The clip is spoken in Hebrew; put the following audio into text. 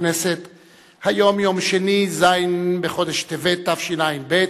ז' בחודש טבת תשע"ב,